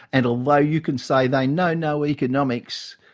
and although you can say they know no economics,